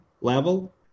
level